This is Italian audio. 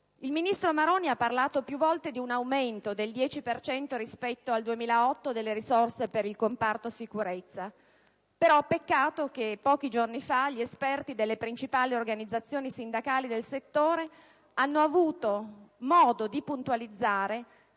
Il ministro Maroni ha parlato più volte di un aumento del 10 per cento rispetto al 2008 delle risorse per il comparto sicurezza: peccato che pochi giorni fa gli esperti delle principali organizzazioni sindacali del settore hanno avuto modo di puntualizzare